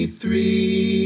three